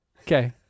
Okay